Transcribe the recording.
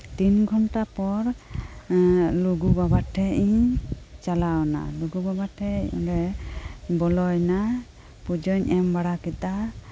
ᱛᱤᱱ ᱜᱷᱚᱱᱴᱟ ᱯᱚᱨ ᱞᱩᱜᱩ ᱵᱟᱵᱟᱴᱷᱮᱡ ᱤᱧ ᱪᱟᱞᱟᱣᱮᱱᱟ ᱞᱩᱜᱩ ᱵᱟᱵᱟ ᱴᱷᱮᱡ ᱞᱮ ᱵᱚᱞᱚᱭᱮᱱᱟ ᱯᱩᱡᱟᱹᱧ ᱮᱢᱵᱟᱲᱟ ᱠᱮᱫᱟ